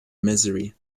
misery